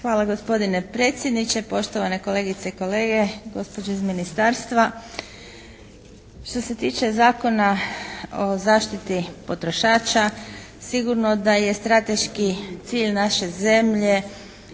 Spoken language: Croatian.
Hvala gospodine predsjedniče, poštovane kolegice i kolege, gospođo iz ministarstva. Što se tiče Zakona o zaštiti potrošača sigurno da je strateški cilj naše zemlje